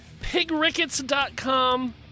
pigrickets.com